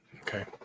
Okay